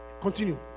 Continue